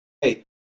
hey